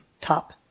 top